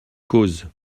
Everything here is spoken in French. cozes